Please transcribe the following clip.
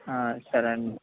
సరే అండి